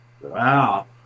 wow